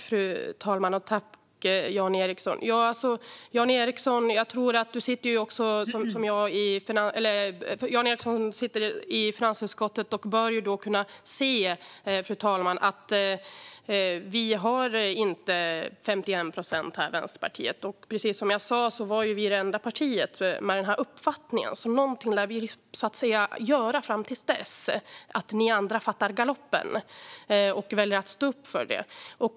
Fru talman! Jan Ericson sitter i finansutskottet och bör kunna se att Vänsterpartiet inte har 51 procent. Precis som jag sa var vi det enda partiet med den här uppfattningen. Någonting lär vi göra fram till dess att ni andra fattar galoppen och väljer att stå upp för det.